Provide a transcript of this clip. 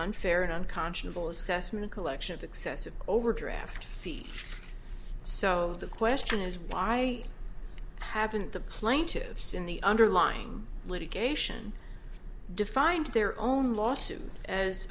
unfair and unconscionable assessment collection of excessive overdraft fees so the question is why haven't the plaintiffs in the underlying litigation defined their own lawsuit as